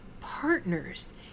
partners